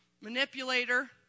manipulator